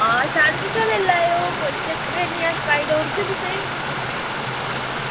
आं साढ़े कशा लेई लैयो कोई चक्कर निं ऐ असेंगी